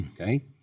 okay